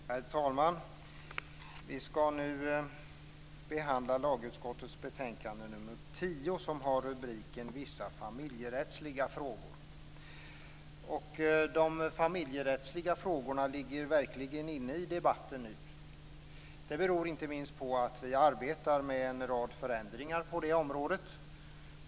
Herr talman! Vi skall nu behandla lagutskottets betänkande nr 10, som har rubriken Vissa familjerättsliga frågor. De familjerättsliga frågorna är verkligen aktuella i debatten nu. Det beror inte minst på att vi arbetar med en rad förändringar på det området.